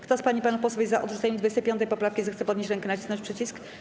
Kto z pań i panów posłów jest za odrzuceniem 25. poprawki, zechce podnieść rękę i nacisnąć przycisk.